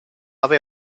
ave